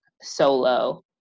solo